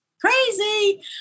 crazy